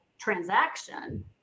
transaction